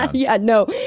ah yeah, no.